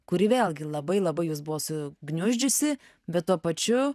kuri vėlgi labai labai jus buvo sugniuždžiusi bet tuo pačiu